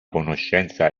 conoscenza